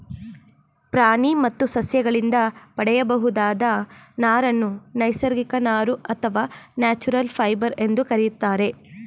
ಪ್ರಾಣಿ ಮತ್ತು ಸಸ್ಯಗಳಿಂದ ಪಡೆಯಬಹುದಾದ ನಾರನ್ನು ನೈಸರ್ಗಿಕ ನಾರು ಅಥವಾ ನ್ಯಾಚುರಲ್ ಫೈಬರ್ ಎಂದು ಕರಿತಾರೆ